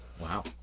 Wow